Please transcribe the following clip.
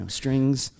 strings